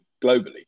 globally